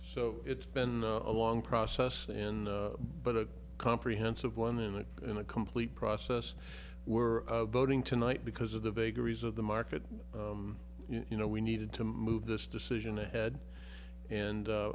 so it's been a long process in but a comprehensive one in the in a complete process were voting tonight because of the vagaries of the market you know we needed to move this decision ahead and